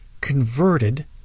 converted